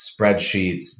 spreadsheets